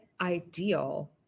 ideal